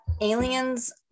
Aliens